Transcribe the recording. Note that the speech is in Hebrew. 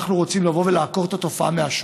אנחנו רוצים לעקור את התופעה מהשורש,